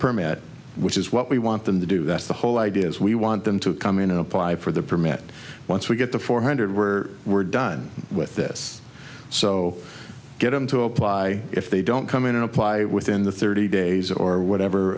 permit which is what we want them to do that's the whole idea is we want them to come in and apply for the permit once we get the four hundred where we're done with this so get them to apply if they don't come in and apply within the thirty days or whatever